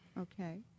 Okay